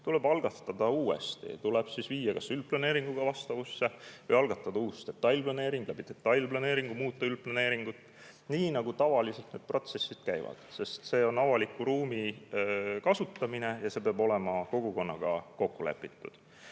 tuleb algatada uuesti. Tuleb see viia kas üldplaneeringuga vastavusse, algatada uus detailplaneering või detailplaneeringu kaudu muuta üldplaneeringut, nii nagu need protsessid tavaliselt käivad, sest see on avaliku ruumi kasutamine ja see peab olema kogukonnaga kokku lepitud.